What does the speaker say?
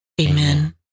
Amen